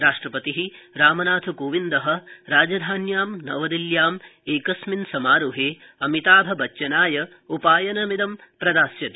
राष्ट्रपति रामनाथकोविन्द राजधान्यां नवदिल्ल्याम एकस्मिन समारोहे अमिताभाय उपायनमिदं प्रदास्यति